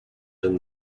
than